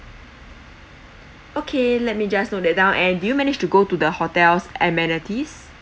okay let me just note that down and do you managed to go to the hotel's amenities